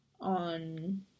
on